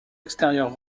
extérieurs